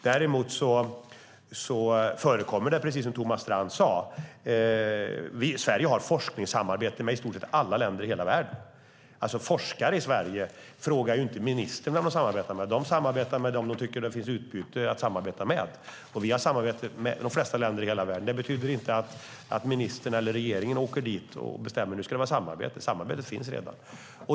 Däremot har Sverige, precis som Thomas Strand sade, forskningssamarbete med i stort sett alla länder i hela världen. Forskare i Sverige frågar inte ministern vem de ska samarbeta med, utan de samarbetar med dem som de tycker att de har utbyte av att samarbeta med. Vi har samarbete med de flesta länder i hela världen. Det betyder inte att ministern eller regeringen åker dit och bestämmer att nu ska det vara samarbete. Samarbetet finns redan.